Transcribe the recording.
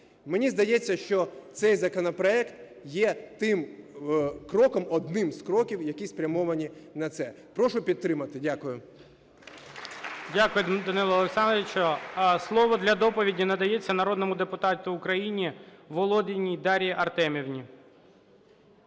Мені здається, що цей законопроект є тим кроком, одним з кроків, які спрямовані на це. Прошу підтримати. Дякую. (Оплески) ГОЛОВУЮЧИЙ. Дякую, Даниле Олександровичу. Слово для доповіді надається народному депутату України Володіній Дар'ї Артемівні.